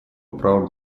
правам